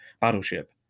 battleship